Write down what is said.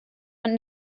man